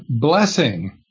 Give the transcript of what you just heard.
blessing